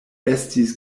estis